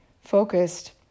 focused